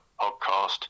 podcast